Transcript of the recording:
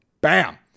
bam